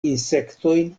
insektojn